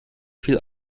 viel